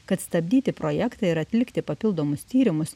kad stabdyti projektą ir atlikti papildomus tyrimus